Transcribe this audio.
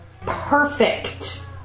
perfect